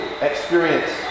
experience